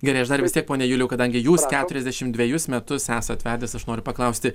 gerai aš dar vis tiek pone juliau kadangi jūs keturiasdešimt dvejus metus esat vedęs aš noriu paklausti